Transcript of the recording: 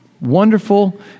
wonderful